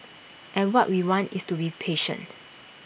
and what we want is to be patient